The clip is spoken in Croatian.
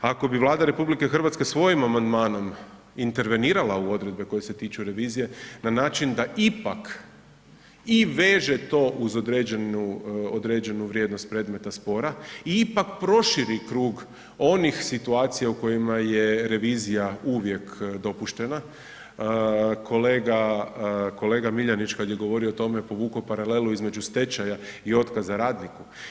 Ako bi Vlada RH svojim amandmanom intervenirala u odredbe koje se tiču revizije na način da ipak i veže to uz određenu vrijednost predmeta spora, ipak proširi krug onih situacija u kojima je revizija uvijek dopuštena, kolega Miljanić, kad je govorio o tome, je povukao paralelu između stečaja i otkaza radniku.